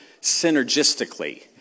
synergistically